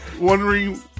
wondering